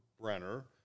Brenner